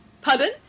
Pardon